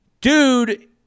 dude